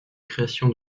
création